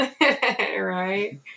Right